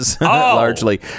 largely